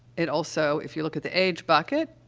it also, if you look at the age bucket,